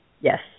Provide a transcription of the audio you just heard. Yes